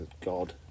God